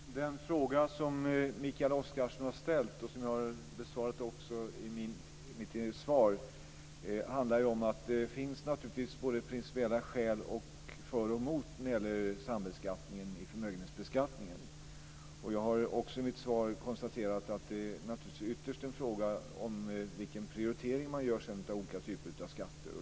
Fru talman! Den fråga som Mikael Oscarsson har ställt och som jag har besvarat i mitt svar handlar om att det finns principiella skäl både för och emot när det gäller sambeskattningen i förmögenhetsbeskattningen. Jag har också i mitt svar konstaterat att det ytterst är en fråga om vilken prioritering man gör av olika typer av skatter.